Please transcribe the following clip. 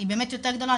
אני באמת יותר גדולה,